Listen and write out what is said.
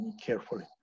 carefully